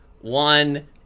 one